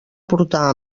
portar